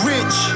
Rich